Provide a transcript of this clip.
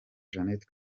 jeannette